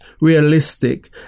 realistic